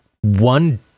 one